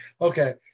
Okay